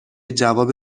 جواب